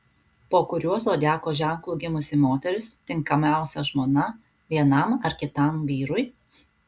po kuriuo zodiako ženklu gimusi moteris tinkamiausia žmona vienam ar kitam vyrui